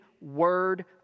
Word